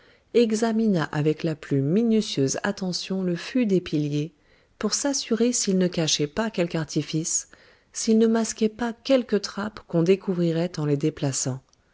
examina avec la plus minutieuse attention le fût des piliers pour s'assurer s'ils ne cachaient pas quelque artifice s'ils ne masquaient pas quelque trappe qu'on découvrirait en les déplaçant